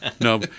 No